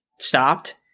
stopped